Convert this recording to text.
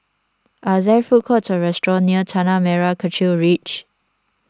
are there food courts or restaurants near Tanah Merah Kechil Ridge